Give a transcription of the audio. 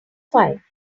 fine